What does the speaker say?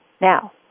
Now